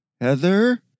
Heather